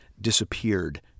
disappeared